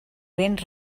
vent